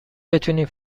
بتونی